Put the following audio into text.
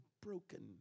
broken